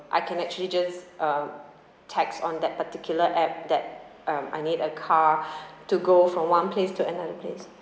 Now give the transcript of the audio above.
I can actually just um text on that particular app that um I need a car to go from one place to another place